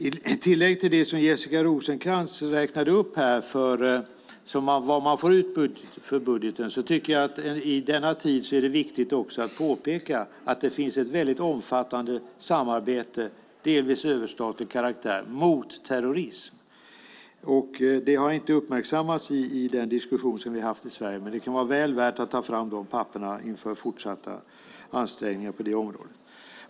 I tillägg till det Jessica Rosencrantz räknade upp av vad man får ut för budgeten tycker jag att det i denna tid också är viktigt att påpeka att det finns ett väldigt omfattande samarbete av delvis överstatlig karaktär mot terrorism. Det har inte uppmärksammats i den diskussion vi har haft i Sverige, men det kan vara väl värt att ta fram dessa papper inför fortsatta ansträngningar på detta område.